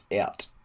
out